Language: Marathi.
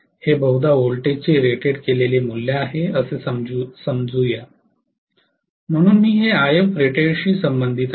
हे बहुदा व्होल्टेजचे रेटेड केलेले मूल्य आहे असे समजू या म्हणजे मी हे Ifrated शी संबंधित आहे